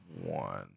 one